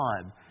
time